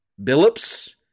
Billups